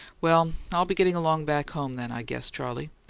well, i'll be getting along back home then, i guess, charley.